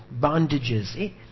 bondages